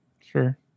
Sure